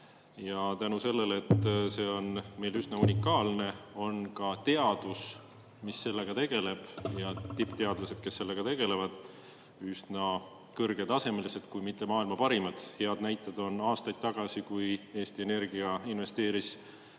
Ja tänu sellele, et see on meil üsna unikaalne, on ka teadus, mis sellega tegeleb, ja tippteadlased, kes sellega tegelevad, üsna kõrgetasemelised, kui mitte maailma parimad. Hea näide on, kui aastaid tagasi Eesti Energia investeeris